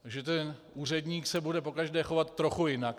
Takže ten úředník se bude pokaždé chovat trochu jinak.